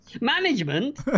Management